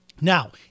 Now